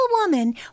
Woman